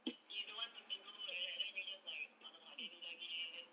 you don't want to tegur like that then you just like !alamak! dia ni lagi then